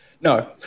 No